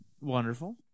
Wonderful